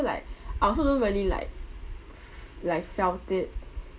like I also don't really like f~ like felt it